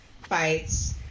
fights